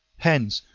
hence,